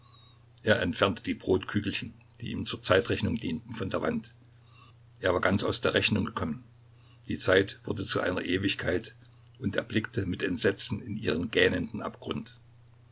er entfernte die brotkügelchen die ihm zur zeitrechnung dienten von der wand er war ganz aus der rechnung gekommen die zeit wurde zu einer ewigkeit und er blickte mit entsetzen in ihren gähnenden abgrund